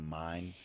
mind